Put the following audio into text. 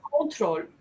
control